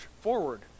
forward